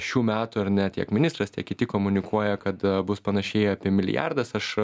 šių metų ar ne tiek ministras tiek kiti komunikuoja kad bus panašiai apie milijardas aš